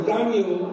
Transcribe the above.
Daniel